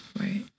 Right